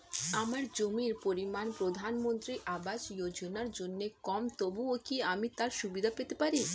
আমার জমির পরিমাণ প্রধানমন্ত্রী আবাস যোজনার জন্য কম তবুও কি আমি তার সুবিধা পেতে পারি?